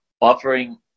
offering